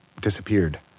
disappeared